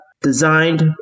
designed